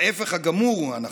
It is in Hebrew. ההפך הגמור הוא הנכון.